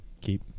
Keep